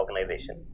organization